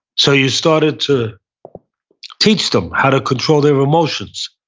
so you started to teach them how to control their emotions,